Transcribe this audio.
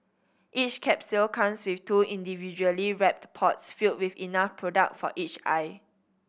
each capsule comes with two individually wrapped pods filled with enough product for each eye